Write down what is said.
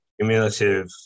cumulative